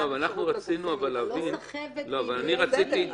לא סחבת ועינויי דין.